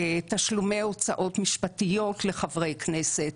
תשלומי הוצאות משפטיות לחברי כנסת,